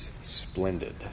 Splendid